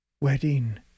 wedding